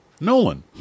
Nolan